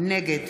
נגד